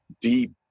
deep